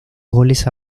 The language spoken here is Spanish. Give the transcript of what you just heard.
goles